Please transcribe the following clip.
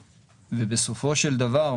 בסופו של דבר,